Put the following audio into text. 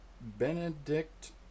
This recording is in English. Benedict